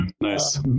Nice